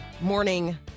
morning